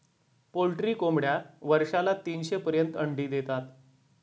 poultry कोंबड्या वर्षाला तीनशे पर्यंत अंडी देतात